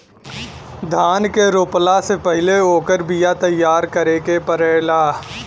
धान रोपला से पहिले ओकर बिया तैयार करे के पड़ेला